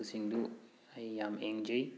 ꯑꯗꯨꯁꯤꯡꯗꯨ ꯑꯩ ꯌꯥꯝ ꯌꯦꯡꯖꯩ